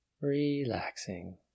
relaxing